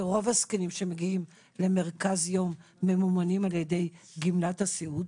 כי רוב הזקנים שמגיעים למרכז יום ממומנים ע"י גמלת הסיעוד,